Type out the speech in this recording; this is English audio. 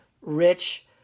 rich